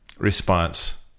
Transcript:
Response